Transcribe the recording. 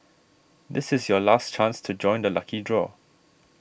this is your last chance to join the lucky draw